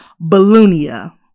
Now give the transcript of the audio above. Balloonia